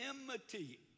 enmity